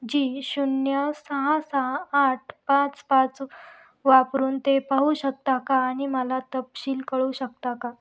जी शून्य सहा सहा आठ पाच पाच वापरून ते पाहू शकता का आणि मला तपशील कळवू शकता का